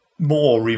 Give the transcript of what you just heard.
more